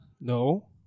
No